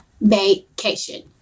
vacation